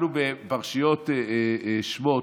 אנחנו בפרשיות שמות.